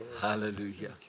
Hallelujah